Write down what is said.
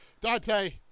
Dante